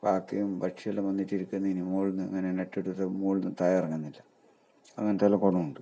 കാക്കയും പക്ഷിയെല്ലാം വന്നിട്ട് ഇരിക്കുന്നതിന് മുകളിൽ നിന്ന് അങ്ങനെ നെറ്റ് ഇട്ടിട്ട് മുകളിൽ നിന്ന് താഴെ ഇറങ്ങുന്നില്ല അങ്ങനത്തെ നല്ല കൊണോണ്ട്